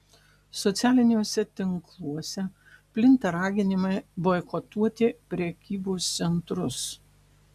socialiniuose tinkluose plinta raginimai boikotuoti prekybos centrus